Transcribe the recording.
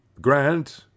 grant